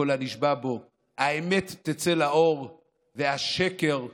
כל הנשבע בו", האמת תצא לאור והשקר ייסכר.